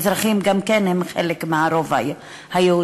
מזרחים הם גם כן חלק מהרוב היהודי.